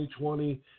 2020